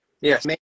yes